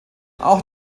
auch